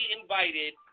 invited